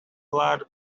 large